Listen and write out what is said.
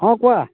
অঁ কোৱা